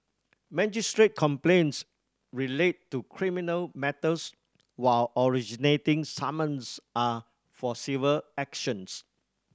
magistrate's complaints relate to criminal matters while originating summons are for civil actions